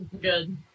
good